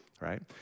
right